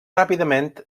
ràpidament